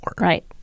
right